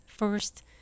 first